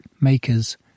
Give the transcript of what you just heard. makers